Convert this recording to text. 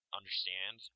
understand